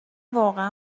واقعا